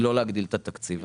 לא להגדיל את התקציב.